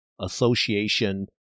association